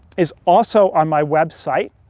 is also on my website.